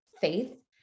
faith